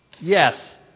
Yes